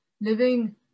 living